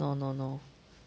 no no no